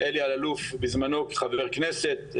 אלי אללוף בזמנו חבר כנסת.